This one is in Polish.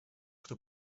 kto